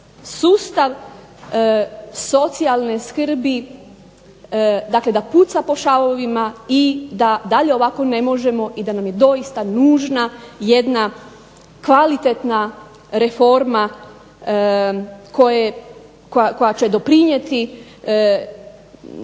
sustav socijalne skrbi, dakle da puca po šavovima i da dalje ovako ne možemo i da nam je doista nužna jedna kvalitetna reforma koja će doprinijeti